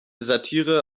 satire